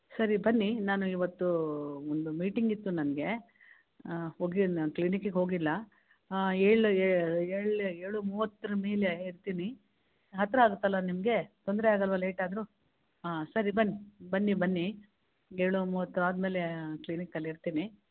ಸರಿ ಬನ್ನಿ ನಾನು ಇವತ್ತು ಒಂದು ಮೀಟಿಂಗ್ ಇತ್ತು ನನ್ಗೆ ಹೋಗಿಲ್ಲ ಕ್ಲಿನಿಕ್ಕಿಗೆ ಹೋಗಿಲ್ಲ ಏಳು ಏಳು ಏಳು ಮೂವತ್ತರ ಮೇಲೆ ಇರ್ತೀನಿ ಹತ್ತಿರ ಆಗುತ್ತಲ ನಿಮಗೆ ತೊಂದರೆ ಆಗಲ್ವಾ ಲೇಟ್ ಆದರು ಹಾಂ ಸರಿ ಬನ್ನಿ ಬನ್ನಿ ಬನ್ನಿ ಏಳು ಮೂವತ್ತು ಆದಮೇಲೆ ಕ್ಲಿನಿಕಲ್ಲಿ ಇರ್ತೀನಿ